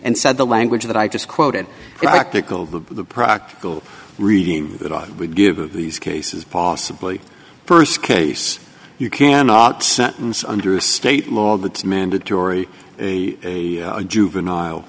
and said the language that i just quoted electical the practical reading that i would give these cases possibly st case you cannot sentence under a state law that's mandatory juvenile